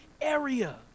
area